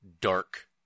dark